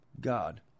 God